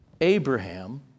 Abraham